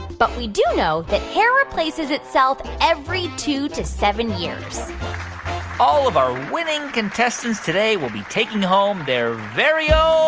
but we do know that hair replaces itself every two to seven years all of our winning contestants today will be taking home their very own.